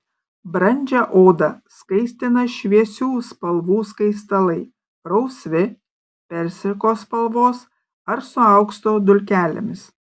brandžią odą skaistina šviesių spalvų skaistalai rausvi persiko spalvos ar su aukso dulkelėmis